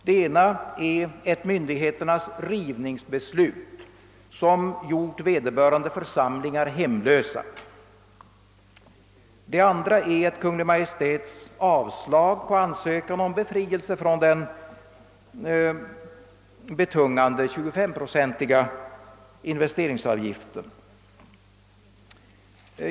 Det ena är ett myndigheternas rivningsbeslut, som gjort vederbörande församlingar hemlösa. Det andra är ett avslag av Kungl. Maj:t på ansökan om befrielse från den betungande 25-procentiga investeringsavgiften.